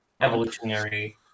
Evolutionary